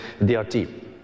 DRT